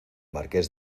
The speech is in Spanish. marqués